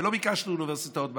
ולא ביקשנו מהאוניברסיטאות בהפרדה,